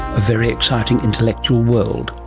a very exciting intellectual world.